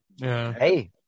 hey